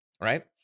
right